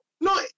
No